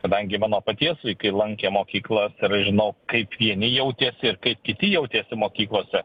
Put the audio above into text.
kadangi mano paties vaikai lankė mokyklas ir aš žinau kaip vieni jautėsi ir kaip kiti jautėsi mokyklose